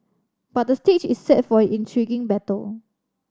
but the stage is set for intriguing battle